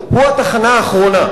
הוא התחנה האחרונה.